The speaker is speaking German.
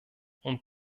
und